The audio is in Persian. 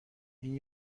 این